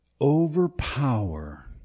overpower